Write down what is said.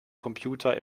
computer